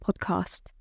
podcast